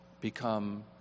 become